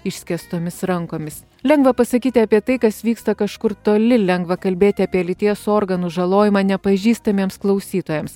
išskėstomis rankomis lengva pasakyti apie tai kas vyksta kažkur toli lengva kalbėti apie lyties organų žalojimą nepažįstamiems klausytojams